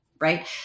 Right